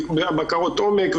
בקרות עומק,